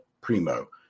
Primo